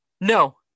No